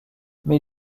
mais